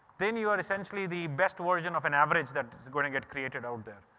then you are essentially the best version of an average that is going to get created out there.